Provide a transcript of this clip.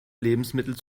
lebensmittel